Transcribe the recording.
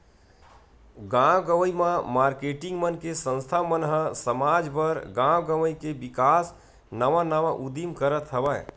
गाँव गंवई म मारकेटिंग मन के संस्था मन ह समाज बर, गाँव गवई के बिकास नवा नवा उदीम करत हवय